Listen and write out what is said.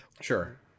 Sure